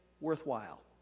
worthwhile